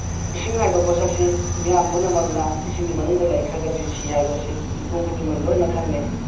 ꯏꯁꯤꯡ ꯍꯥꯏꯕ ꯄꯣꯠꯁꯛꯁꯤ ꯃꯤꯌꯥꯝ ꯄꯨꯝꯅꯃꯛꯅ ꯏꯁꯤꯡꯒꯤ ꯃꯅꯨꯡꯗ ꯂꯩꯈ꯭ꯔꯒꯗꯤ ꯁꯤ ꯍꯥꯏꯕꯁꯤ ꯃꯤꯄꯨꯝ ꯈꯨꯗꯤꯡꯃꯛ ꯂꯣꯏꯅ ꯈꯪꯅꯩ